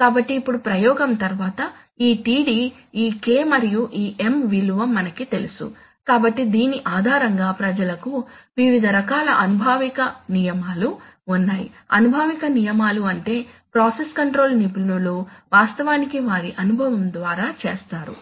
కాబట్టి ఇప్పుడు ప్రయోగం తరువాత ఈ Td ఈ K మరియు ఈ M విలువ మనకి తెలుసు కాబట్టి దీని ఆధారంగా ప్రజలకు వివిధ రకాల అనుభావిక నియమాలు ఉన్నాయి అనుభావిక నియమాలు అంటే ప్రాసెస్ కంట్రోల్ నిపుణులు వాస్తవానికి వారి అనుభవం ద్వారా చేసారు